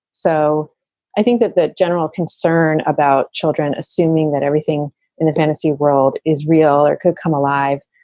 so i think that that general concern about children, assuming that everything in a fantasy world is real or could come alive,